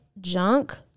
junk